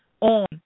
on